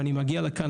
ואני מגיע לכאן,